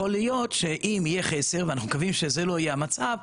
יכול להיות שאם יהיה חסר ואנחנו מקווים שלא זה המצב,